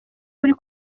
muri